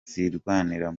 zirwanira